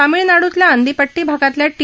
तामिळनाडूतल्या आंदिपट्टी भागातल्या टी